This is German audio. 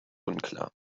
unklar